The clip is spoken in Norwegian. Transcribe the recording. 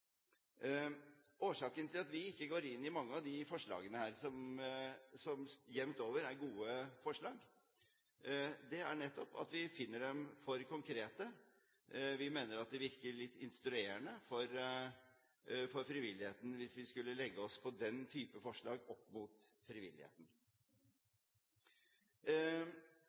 Årsaken til at vi ikke går inn i mange av disse forslagene, som jevnt over er gode forslag, er nettopp at vi finner dem for konkrete. Vi mener det virker litt instruerende overfor frivilligheten hvis vi legger oss på den type forslag. Ellers er vi opptatt av at det offentlige har en god samarbeidsflate mot